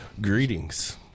Greetings